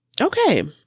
Okay